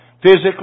Physically